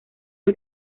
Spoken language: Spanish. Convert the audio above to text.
del